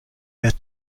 wärt